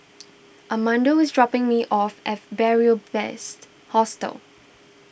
Armando is dropping me off at Beary Best Hostel